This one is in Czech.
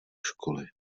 školy